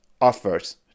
offers